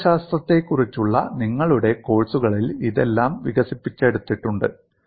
ഗണിതശാസ്ത്രത്തെക്കുറിച്ചുള്ള നിങ്ങളുടെ കോഴ്സുകളിൽ ഇതെല്ലാം വികസിപ്പിച്ചെടുത്തിട്ടുണ്ട്